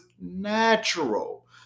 natural